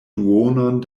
duonon